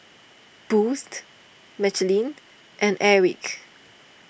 Boost Michelin and Airwick